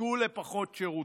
תזכו לפחות שירותים.